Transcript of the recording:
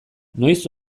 noiz